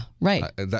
right